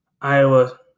Iowa